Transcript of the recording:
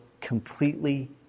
completely